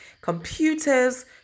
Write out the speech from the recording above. computers